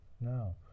No